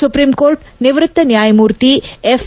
supreme court ನಿವೃತ್ತ ನ್ಯಾಯಮೂರ್ತಿ F